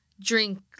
drink